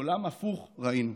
עולם הפוך ראינו.